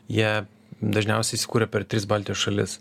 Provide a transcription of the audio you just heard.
jie dažniausiai įsikuria per tris baltijos šalis